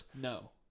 No